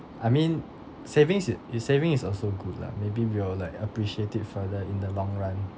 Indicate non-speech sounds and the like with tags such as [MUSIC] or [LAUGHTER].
I mean saving [NOISE] saving is also good lah maybe we'll like appreciate it further in the long run